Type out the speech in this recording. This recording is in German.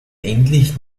endlich